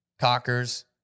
cockers